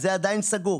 אז זה עדיין סגור.